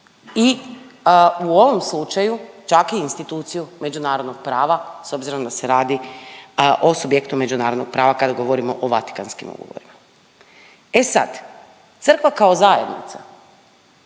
i u ovom slučaju čak i instituciju međunarodnog prava s obzirom da se radi o osobi…/Govornik se ne razumije./…međunarodnog prava kada govorimo o Vatikanskim ugovorima. E sad, crkva kao zajednica